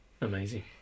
Amazing